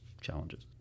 challenges